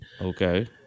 Okay